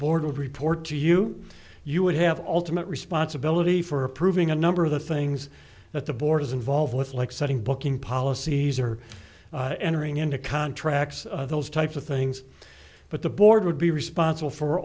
board will report to you you would have alternate responsibility for approving a number of the things that the board is involved with like setting booking policies or entering into contracts those types of things but the board would be responsible for